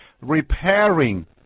repairing